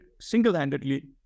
single-handedly